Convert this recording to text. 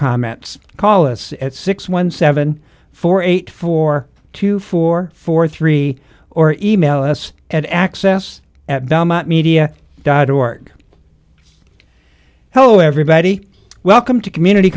comments call us at six one seven four eight four two four four three or email us at access at belmont media dot org hello everybody welcome to community